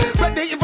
ready